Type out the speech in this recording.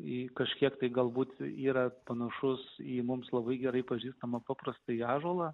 į kažkiek tai galbūt yra panašus į mums labai gerai pažįstamą paprastai ąžuolą